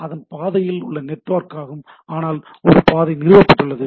இது அடிப்படையில் உள்ள நெட்வொர்க்காகும் ஆனால் ஒரு பாதை நிறுவப்பட்டுள்ளது